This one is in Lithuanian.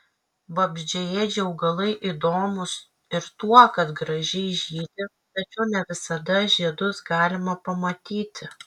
vabzdžiaėdžiai augalai įdomūs ir tuo kad gražiai žydi tačiau ne visada žiedus galima pamatyti